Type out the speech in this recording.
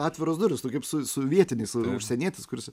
atviros durys tu kaip su su vietiniais užsienietis kuris